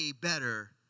better